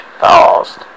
fast